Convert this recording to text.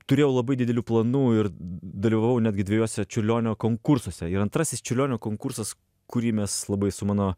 turėjau labai didelių planų ir dalyvavau netgi dviejuose čiurlionio konkursuose ir antrasis čiurlionio konkursas kurį mes labai su mano